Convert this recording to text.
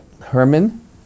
Herman